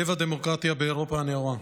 לב הדמוקרטיה באירופה הנאורה.